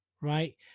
right